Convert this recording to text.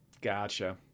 Gotcha